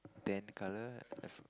then colour